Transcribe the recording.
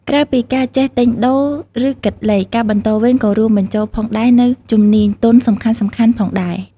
ក្រៅពីការចេះទិញដូរ ឬគិតលេខ ការបន្តវេនក៏រួមបញ្ចូលផងដែរនូវជំនាញទន់សំខាន់ៗផងដែរ។